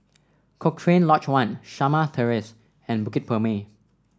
Cochrane Lodge One Shamah Terrace and Bukit Purmei